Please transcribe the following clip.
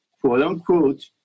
quote-unquote